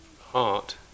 heart